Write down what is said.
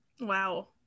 Wow